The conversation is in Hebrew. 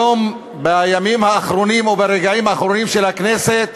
היום, בימים האחרונים או ברגעים האחרונים של הכנסת